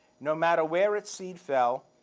no matter where its seed fell,